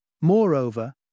Moreover